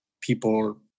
people